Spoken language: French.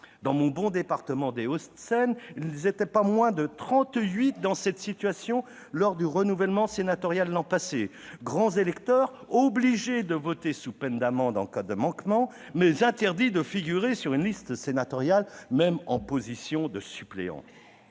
Dans mon bon département des Hauts-de-Seine, ils n'étaient pas moins de trente-huit dans cette situation lors du renouvellement sénatorial de l'an passé, grands électeurs, obligés de voter sous peine d'amende en cas de manquement, mais interdits de figurer sur une liste sénatoriale, même en position de suppléant.